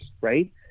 right